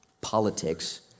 politics